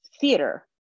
theater